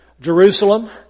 Jerusalem